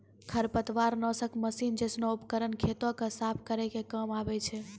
खरपतवार नासक मसीन जैसनो उपकरन खेतो क साफ करै के काम आवै छै